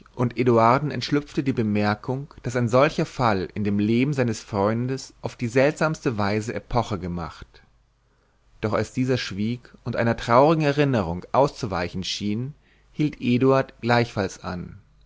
und eduarden entschlüpfte die bemerkung daß ein solcher fall in dem leben seines freundes auf die seltsamste weise epoche gemacht doch als dieser schwieg und einer traurigen erinnerung auszuweichen schien hielt eduard gleichfalls an